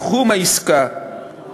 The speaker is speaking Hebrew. סכום העסקה